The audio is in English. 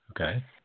Okay